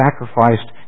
sacrificed